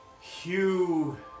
Hugh